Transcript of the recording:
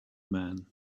man